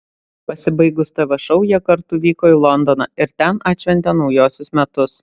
pasibaigus tv šou jie kartu vyko į londoną ir ten atšventė naujuosius metus